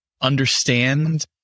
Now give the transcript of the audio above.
understand